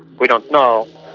we don't know